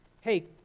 hey